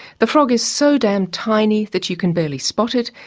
the frog is so damned tiny that you can barely spot it,